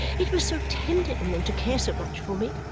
it was so tender in them to care so much for me,